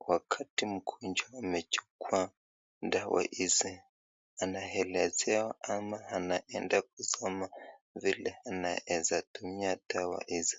wakati mgonjwa amechukua dawa hizi anaelezewa ama anaenda kusoma vile anaeza tumia dawa hizi.